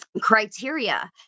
criteria